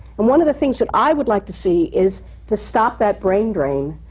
and one of the things that i would like to see is to stop that brain drain,